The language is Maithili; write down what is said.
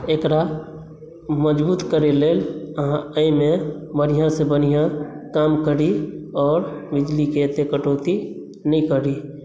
एकरा मजबूत करै लेल आहाँ अहिमे बढ़ियाॅं सॅं बढ़ियाॅं काम करी आओर बिजलीकेँ एते कटौती नहि करी